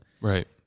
Right